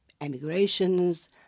emigrations